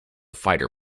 fighter